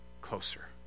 closer